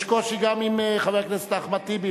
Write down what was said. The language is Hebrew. יש קושי גם עם חבר הכנסת אחמד טיבי.